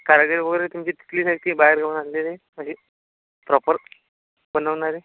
कारागीर वगरे तुमचे तिथलेच आहेत की बाहेर गावहून आणलेले म्हणजे प्रॉपर बनवणारे